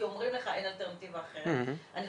כי אומרים לך שאין אלטרנטיבה אחרת אגב,